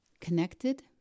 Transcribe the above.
Connected